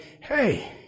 hey